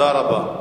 תודה רבה.